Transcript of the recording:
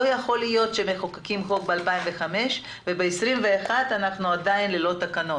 לא יכול להיות שמחוקקים חוק ב-2005 ובשנת 2021 אנחנו עדיין ללא תקנות.